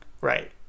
Right